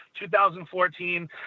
2014